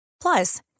Plus